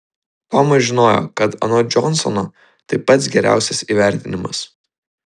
tomas žinojo kad anot džonsono tai pats geriausias įvertinimas